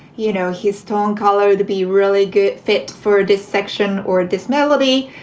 you know, his tone color to be really good fit for this section or this melody.